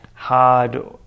hard